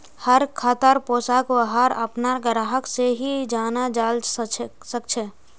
हर खातार पैसाक वहार अपनार ग्राहक से ही जाना जाल सकछे